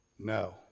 No